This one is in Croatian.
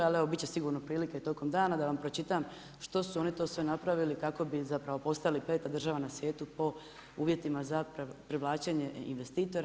Ali evo bit će sigurno prilike i tokom dana da vam pročitam što su oni to sve napravili kako bi zapravo postali peta država na svijetu po uvjetima za privlačenje investitora.